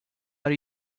are